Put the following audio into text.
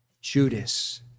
Judas